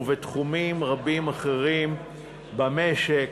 ובתחומים רבים אחרים במשק,